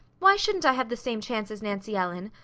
why shouldn't i have the same chance as nancy ellen?